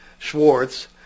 Schwartz